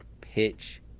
pitch